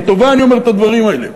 לטובה אני אומר את הדברים האלה.